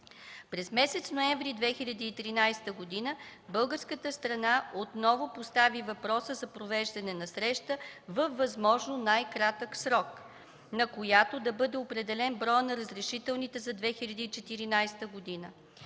През месец ноември 2013 г. българската страна отново постави въпроса за провеждане на среща във възможно най-кратък срок, на която да бъде определен броят на разрешителните за 2014 г.